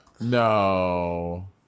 No